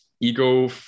ego